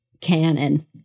canon